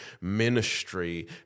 ministry